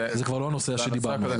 זה כבר לא הנושא שדיברנו עליו.